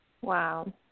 Wow